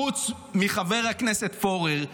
חוץ מחבר הכנסת פורר,